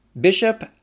Bishop